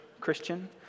Christian